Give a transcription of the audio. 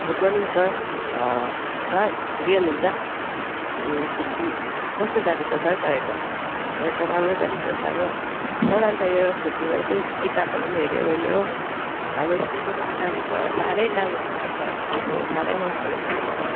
good morning sir sir ठिकै हुनुहुन्छ छुट्टी कस्तो जाँदैछ सर तपाईँको मेरो त राम्रो जाँदैछ सर हो सर अन्त यो छुट्टीमा एसो किताबहरू पनि हेरेँ मैले हो हाम्रो स्कुलको किताब त साह्रै दामी रहेछ हौ सर आम्बो साह्रै मन पर्यो सर मलाई